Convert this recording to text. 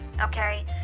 okay